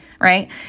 Right